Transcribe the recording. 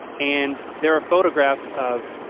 and there are photographs of